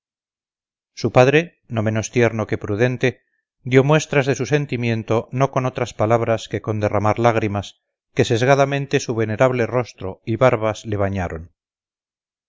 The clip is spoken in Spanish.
su padre no menos tierno que prudente dio muestras de su sentimiento no con otras palabras que con derramar lágrimas que sesgamente su venerable rostro y barbas le bañaron